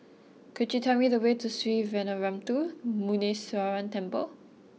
could you tell me the way to Sree Veeramuthu Muneeswaran Temple